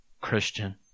Christian